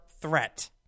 threat